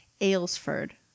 Aylesford